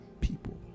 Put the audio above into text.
people